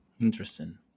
Interesting